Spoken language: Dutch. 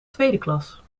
tweedeklas